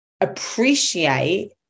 appreciate